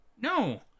No